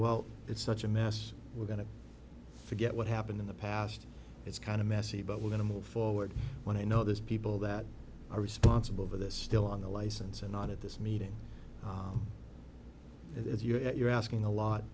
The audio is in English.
well it's such a mess we're going to forget what happened in the past it's kind of messy but we're going to move forward when i know this people that are responsible for this still on the license and not at this meeting and if you're asking a lot